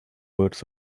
words